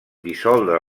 dissoldre